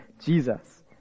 Jesus